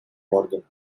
morgan